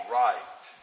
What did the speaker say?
right